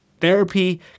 Therapy